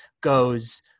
goes